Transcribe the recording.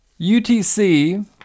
UTC